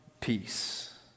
Peace